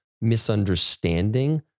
misunderstanding